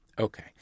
Okay